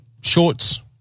shorts